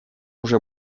уже